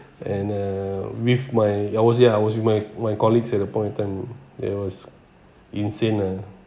and uh with my I was ya I was with my my colleagues at the point of time that was insane lah